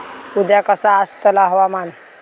उद्या कसा आसतला हवामान?